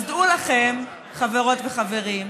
אז דעו לכם, חברות וחברים,